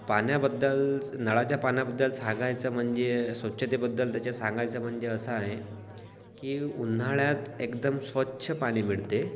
पाण्याबद्दल नळाच्या पाण्याबद्दल सांगायचं म्हणजे स्वच्छतेबद्दल त्याच्या सांगायचं म्हणजे असं आहे की उन्हाळ्यात एकदम स्वच्छ पाणी मिळते